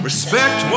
Respect